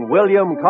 William